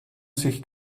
sich